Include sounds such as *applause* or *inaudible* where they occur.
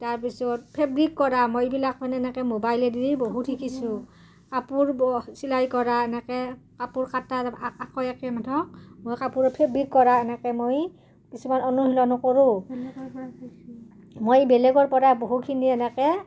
তাৰপিছত ফেব্ৰিক কৰা মই এইবিলাক মানে এনেকে মোবাইলেদি বহুত শিকিছোঁ কাপোৰ চিলাই কৰা এনেকে কাপোৰ কটা *unintelligible* মই কাপোৰ ফেব্ৰিক কৰা এনেকে মই কিছুমান অনুশীলনো কৰোঁ মই বেলেগৰ পৰাই বহুখিনি এনেকে